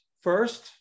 first